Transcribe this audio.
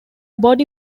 body